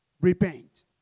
Repent